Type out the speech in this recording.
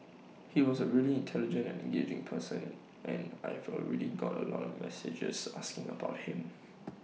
he was A really intelligent and engaging person and I've already got A lot of messages asking about him